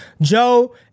Joe